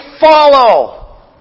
follow